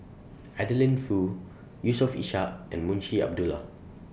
Adeline Foo Yusof Ishak and Munshi Abdullah